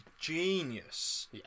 genius